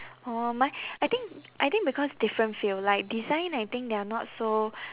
oh mine I think I think because different field like design I think they are not so